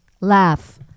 laugh